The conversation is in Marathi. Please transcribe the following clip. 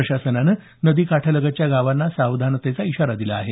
प्रशासनानं नदी काठालगतच्या गावांना सावधानतेचा इशारा दिला आहे